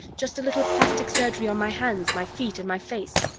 just a little plastic surgery on my hands, my feet and my face.